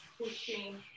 pushing